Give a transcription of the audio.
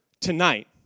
tonight